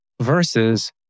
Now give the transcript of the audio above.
Versus